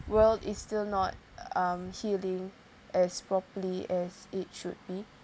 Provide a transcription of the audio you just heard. world is still not um healing as properly as it should be